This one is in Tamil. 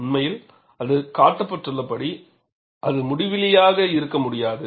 உண்மையில் அது காட்டப்பட்டுள்ளபடி அது முடிவிலியாக இருக்க முடியாது